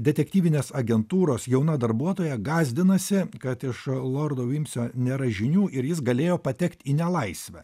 detektyvinės agentūros jauna darbuotoja gąsdinasi kad iš lordo vimsio nėra žinių ir jis galėjo patekt į nelaisvę